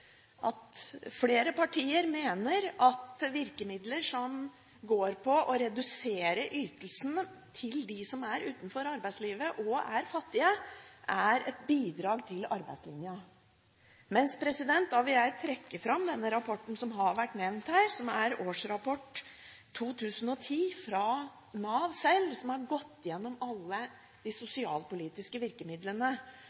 at flere partier mener at virkemidler som går på å redusere ytelsene til dem som er utenfor arbeidslivet og er fattige, er et bidrag til arbeidslinja. Da vil jeg trekke fram denne rapporten som har vært nevnt her, som er årsrapport 2010 fra Nav sjøl, som har gått gjennom alle de